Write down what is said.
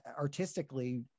artistically